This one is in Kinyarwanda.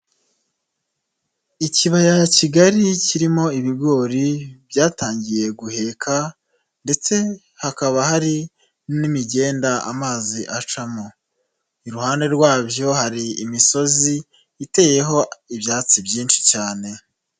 Ikibaya kigari kirimo ibigori byatangiye guheka, ndetse hakaba hari n'imigenda amazi acamo, iruhande rwabyo hari imisozi iteyeho ibyatsi byinshi cyane.